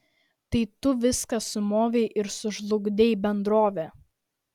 tai tu viską sumovei ir sužlugdei bendrovę